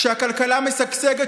כשהכלכלה משגשגת,